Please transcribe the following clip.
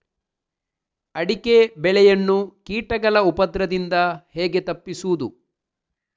ಅಡಿಕೆ ಬೆಳೆಯನ್ನು ಕೀಟಗಳ ಉಪದ್ರದಿಂದ ಹೇಗೆ ತಪ್ಪಿಸೋದು?